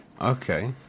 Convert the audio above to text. Okay